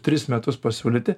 tris metus pasiūlyti